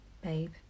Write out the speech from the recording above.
babe